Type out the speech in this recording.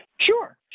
Sure